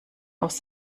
aus